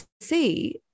see